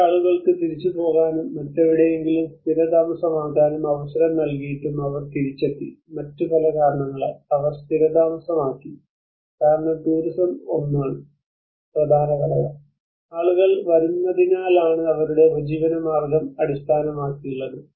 ഈ ആളുകൾക്ക് തിരിച്ചുപോകാനും മറ്റെവിടെയെങ്കിലും സ്ഥിരതാമസമാക്കാനും അവസരം നൽകിയിട്ടും അവർ തിരിച്ചെത്തി മറ്റ് പല കാരണങ്ങളാൽ അവർ സ്ഥിരതാമസമാക്കി കാരണം ടൂറിസം ഒന്നാണ് പ്രധാന ഘടകം ആളുകൾ വരുന്നതിനാലാണ് അവരുടെ ഉപജീവനമാർഗ്ഗം അടിസ്ഥാനമാക്കിയുള്ളത്